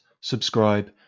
subscribe